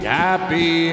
happy